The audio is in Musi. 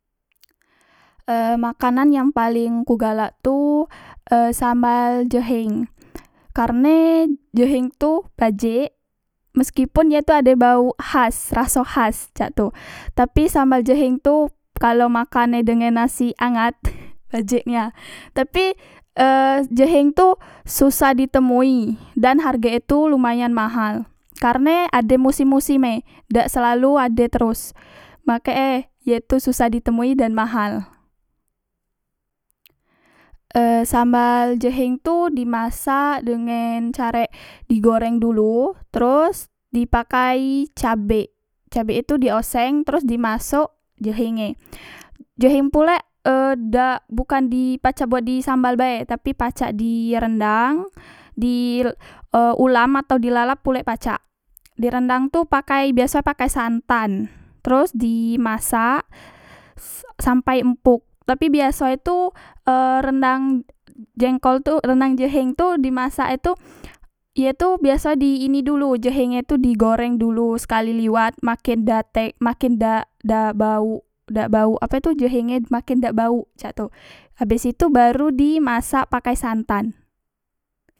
E makanan yang paleng ku galak tu e sambal jeheng karne jeheng tu bajek meskipun ye tu ade bauk khas raso khas cak tu tapi sambal jeheng tu kalo makane dengan nasi angat bajek nian tapi e jeheng tu susah di temui dan hargek e tu lumayan mahal karne ade musim musim e dak selalu ade teros makek e ye tu susah di temui dan mahal e sambal jeheng tu di masak dengen carek di goreng dulu teros dipakai cabe cabek e tu di oseng teros dimasok jeheng jeheng pulek e dak bukan di pacak buat di sambal bae tapi pacak di rendang di e ulam atau di lalap pulek pacak di rendam tu pakai e biaso e pakai santan teros di e masak sampai empuk tapi biaso e tu e rendang jengkol tu rendang jeheng tu dimasak e tu ye tu biaso di ini dulu jeheng e tu digoreng dulu sekali liwat makin dak tek makin dak dak bauk dak bauk ape tu jeheng e makin dak bauk cak tu abes itu baru dimasak pakai santan